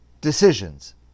decisions